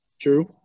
True